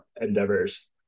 endeavors